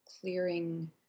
clearing